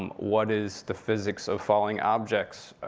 um what is the physics of falling objects,